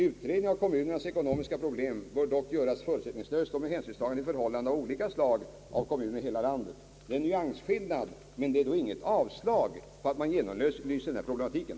Utredningen av kommunernas ekonomiska problem bör dock göras förutsättningslöst och med hänsynstagande till förhållandena i olika slag av kommuner i hela landet.» Det är en nyansskillnad, men det är absolut inget avslag på förslaget att genomlysa problematiken.